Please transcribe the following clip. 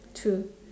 two